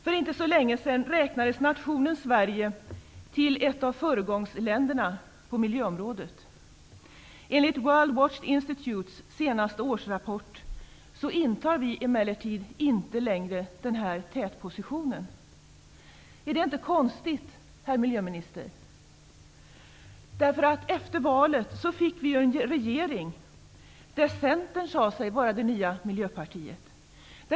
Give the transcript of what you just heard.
För inte så länge sedan räknades nationen Sverige som ett av föregångsländerna på miljöområdet. Enligt World Watch Institutes senaste årsrapport intar vi emellertid inte längre denna tätposition. Är inte det konstigt, herr miljöminister? Efter valet fick vi ju en regering där Centern sade sig vara det nya miljöpartiet.